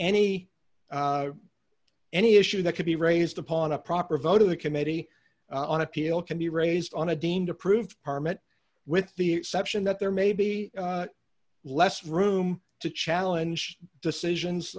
any any issue that could be raised upon a proper vote of the committee on appeal can be raised on a deemed approved permit with the exception that there may be less room to challenge decisions